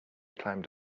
climbed